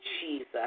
Jesus